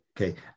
Okay